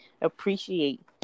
appreciate